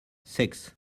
six